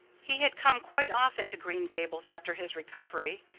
he had come quite often to green gables after his recovery,